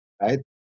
right